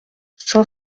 cent